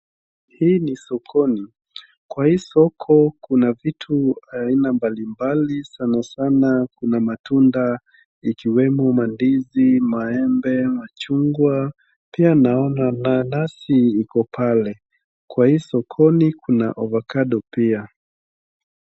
Hii ni sokoni. Kwa hii soko kuna vitu aina mbalimbali sana sana kuna matunda ikiwemo mandizi, maembe, machungwa, pia naona nanasi iko pale. Kwa hii sokoni kuna avocado pia.